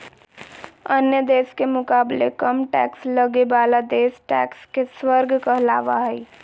अन्य देश के मुकाबले कम टैक्स लगे बाला देश टैक्स के स्वर्ग कहलावा हई